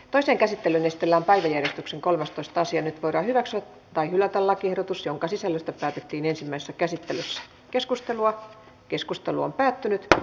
toiseen käsittelyyn esitellään päiväjärjestyksen kolmastoista sija nyt voidaan hyväksyä tai hylätä lakiehdotus jonka sisällöstä päätettiin ensimmäisessä käsittelyssä keskustelua asian käsittely päättyi